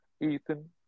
Ethan